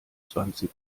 zwanzig